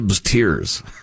tears